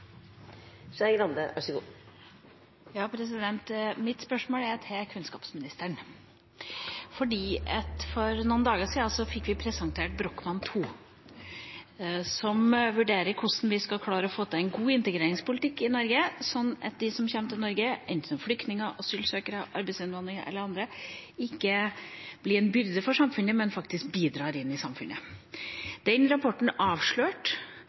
Mitt spørsmål går til kunnskapsministeren. For noen dager siden fikk vi presentert Brochmann II-utvalgets utredning, som vurderer hvordan vi skal klare å få til en god integreringspolitikk i Norge, slik at de som kommer til Norge – enten som flyktninger, asylsøkere, arbeidsinnvandrere eller annet – ikke blir en byrde for samfunnet, men faktisk bidrar inn i samfunnet. Den rapporten avslørte